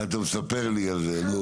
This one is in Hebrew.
אתה מספר לי על זה.